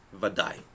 Vada'i